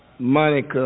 Monica